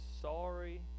sorry